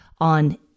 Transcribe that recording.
on